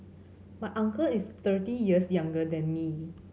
my uncle is thirty years younger than me